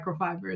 microfibers